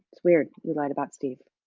it's weird, you lied about steve.